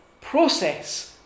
process